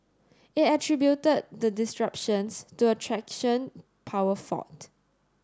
it attributed the disruptions to a traction power fault